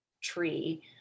tree